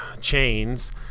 chains